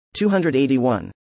281